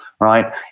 right